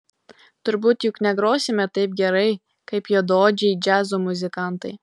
turbūt juk negrosime taip gerai kaip juodaodžiai džiazo muzikantai